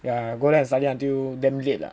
ya go there and study until damn late lah